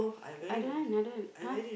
I don't want I don't want !huh!